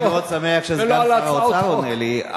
אני מאוד שמח שסגן שר האוצר עונה לי,